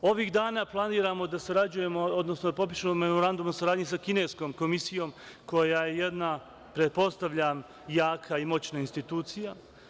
Ovih dana planiramo da sarađujemo, odnosno da potpišemo memorandum o saradnji sa kineskom komisijom, koja je jedna, pretpostavljam, jaka i moćna institucija.